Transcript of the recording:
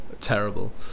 terrible